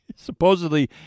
supposedly